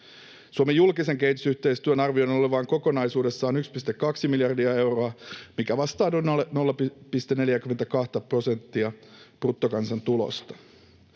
Suomen julkisen kehitysyhteistyön arvioidaan olevan kokonaisuudessaan 1,2 miljardia euroa, mikä vastaa noin 0,42:ta prosenttia bruttokansantulosta.